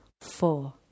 four